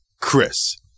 Chris